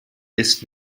this